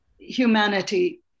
humanity